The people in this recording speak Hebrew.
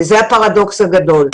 זה הפרדוכס הגדול.